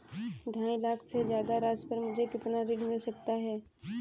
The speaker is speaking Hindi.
ढाई लाख से ज्यादा राशि पर मुझे कितना ऋण मिल सकता है?